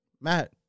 Matt